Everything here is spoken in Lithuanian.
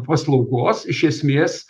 paslaugos iš esmės